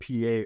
PA